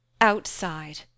Outside